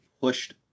pushed